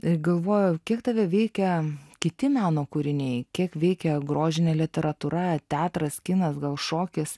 ir galvojau kiek tave veikia kiti meno kūriniai kiek veikia grožinė literatūra teatras kinas gal šokis